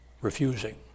refusing